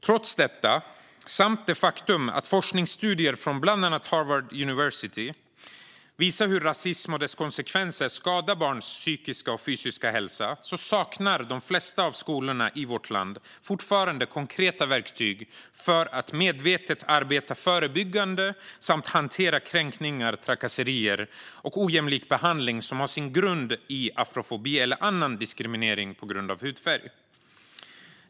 Trots detta, och trots det faktum att forskningsstudier från bland annat Harvard University visar hur rasism och dess konsekvenser skadar barns psykiska och fysiska hälsa, saknar de flesta av skolorna i vårt land fortfarande konkreta verktyg för att medvetet arbeta förebyggande samt hantera kränkningar, trakasserier och ojämlik behandling som har sin grund i afrofobi eller annan diskriminering på grund av hudfärg.